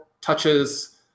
touches